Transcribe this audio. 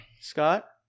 Scott